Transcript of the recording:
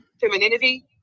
femininity